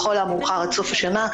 לכל המאוחר עד סוף השנה,